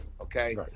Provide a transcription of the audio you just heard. Okay